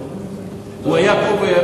אינו נוכח,